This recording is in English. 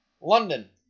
London